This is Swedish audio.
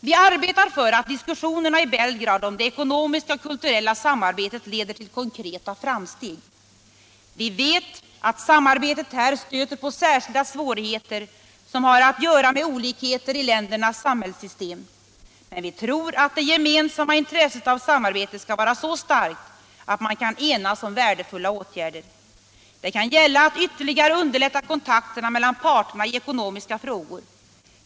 Vi arbetar för att diskussionerna i Belgrad om det ekonomiska och kulturella samarbetet leder till konkreta framsteg. Vi vet att samarbetet här stöter på särskilda svårigheter, som har att göra med olikheter i ländernas samhällssystem. Men vi tror att det gemensamma intresset av samarbete skall vara så starkt att man kan enas om värdefulla åtgärder. Det kan gälla att ytterligare underlätta kontakterna mellan parterna i ekonomiska frågor.